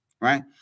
Right